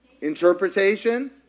Interpretation